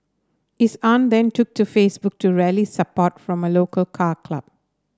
his aunt then took to Facebook to rally support from a local car club